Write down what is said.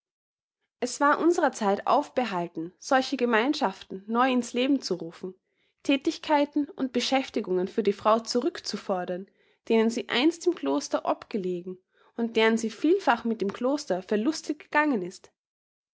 es war unserer zeit aufbehalten solche gemeinschaften neu in's leben zu rufen thätigkeiten und beschäftigungen für die frau zurückzufordern denen sie einst im kloster obgelegen und deren sie vielfach mit dem kloster verlustig gegangen ist